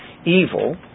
evil